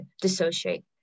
dissociate